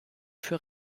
für